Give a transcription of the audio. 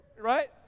Right